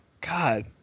God